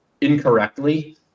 incorrectly